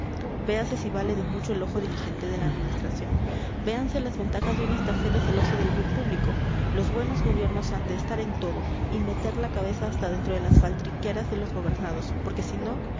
véase si vale de mucho el ojo diligente de la administración véanse las ventajas de una estafeta celosa del bien público los buenos gobiernos han de estar en todo y meter la cabeza hasta dentro de las faltriqueras de los gobernados porque si